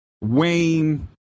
Wayne